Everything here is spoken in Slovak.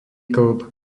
kĺb